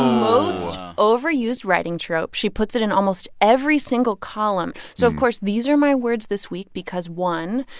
most overused writing trope. she puts it in almost every single column. so, of course, these are my words this week because one,